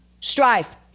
Strife